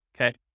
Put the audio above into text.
okay